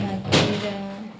मागीर